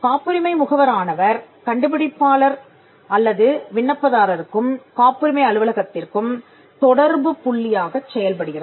காப்புரிமை முகவர் ஆனவர் கண்டுபிடிப்பாளர் அல்லது விண்ணப்பதாரருக்கும் காப்புரிமை அலுவலகத்திற்கும் தொடர்புப் புள்ளியாகச் செயல்படுகிறார்